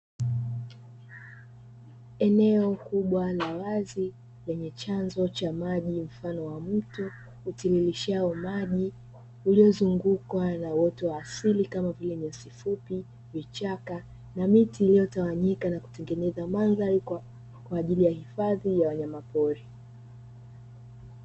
Eneo kubwa la wazi lenye chanzo cha maji mfano wa mto utiririshao maji uliozungukwa na uoto wa asili kama vile nyasi fupi, vichaka na miti iliyotawanyika na kutengeneza mandhari kwa ajili ya hifadhi ya wanyama pori.